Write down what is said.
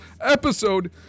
episode